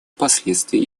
последствий